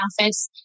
office